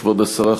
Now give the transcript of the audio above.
כבוד השרה,